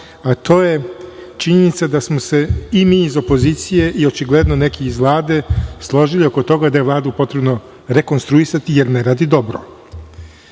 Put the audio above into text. a to je činjenica da smo se i mi iz opozicije i očigledno neki iz Vlade, složili oko toga da je Vladu potrebno rekonstruisati jer ne radi dobro. Pri